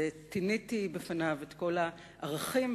ותיניתי בפניו את כל הערכים,